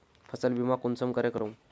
फसल बीमा कुंसम करे करूम?